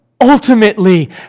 ultimately